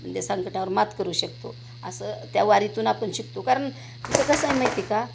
म्हणजे संकटावर मात करू शकतो असं त्या वारीतून आपण शिकतो कारण इथं कसं आहे माहिती आहे का